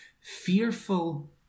Fearful